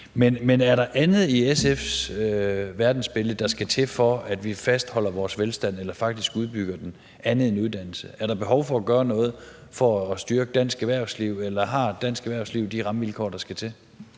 Men er der andet i SF's verdensbillede, der skal til, for at vi fastholder vores velstand eller faktisk udbygger den, andet end uddannelse? Er der behov for at gøre noget for at styrke dansk erhvervsliv, eller har dansk erhvervsliv de rammevilkår, der skal til?